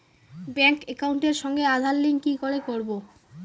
Bank একাউন্টের সঙ্গে Aadhaar link কি করে করবো?